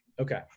Okay